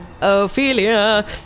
Ophelia